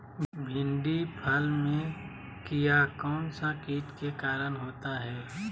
भिंडी फल में किया कौन सा किट के कारण होता है?